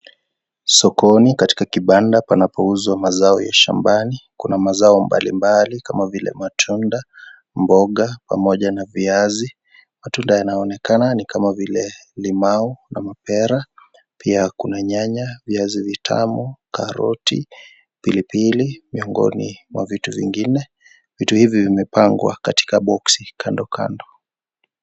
Sokoni katika kibanda panapouzwa mazao ya shambani. Kuna mazao mbalimbali kama vile matunda, mboga pamoja na viazi. Matunda yanaonekana ni kama vile limau na mapera. Pia kuna nyanya, viazi vitamu, karoti, pilipili miongoni mwa vitu vingine. Vitu hivi vimepangwa katika boksi kando kando.